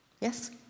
Yes